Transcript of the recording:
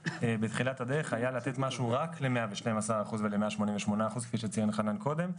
בתחילת הדרך היה לתת משהו רק ל-112% ול-188% כפי שציין חנן קודם.